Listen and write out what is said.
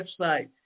website